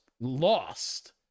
lost